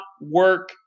work